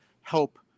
help